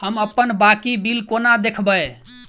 हम अप्पन बाकी बिल कोना देखबै?